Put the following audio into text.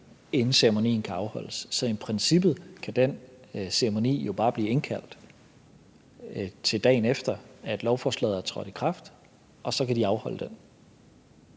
inden ceremonien kan afholdes. Så i princippet kan der jo bare blive indkaldt til den ceremoni, til dagen efter lovforslaget er trådt i kraft, og så kan de afholde den.